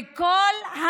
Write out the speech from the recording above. וכל,